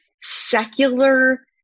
secular